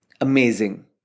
Amazing